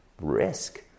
risk